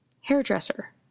hairdresser